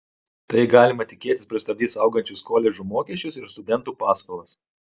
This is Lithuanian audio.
tai galima tikėtis pristabdys augančius koledžų mokesčius ir studentų paskolas